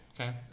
Okay